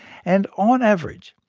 and on average,